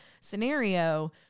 scenario